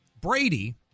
Brady